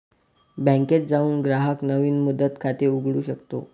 बँकेत जाऊन ग्राहक नवीन मुदत खाते उघडू शकतो